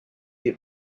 get